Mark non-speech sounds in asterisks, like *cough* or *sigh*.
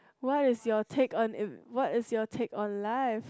what is your take on *noise* what is your take on life